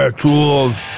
tools